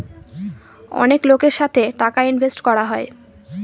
অনেক লোকের সাথে টাকা ইনভেস্ট করা হয়